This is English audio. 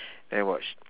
and watch